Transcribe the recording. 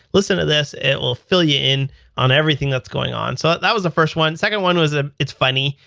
listen to this. it will fill you in on everything that's going on. so that was the first one. second one was ah it's funny.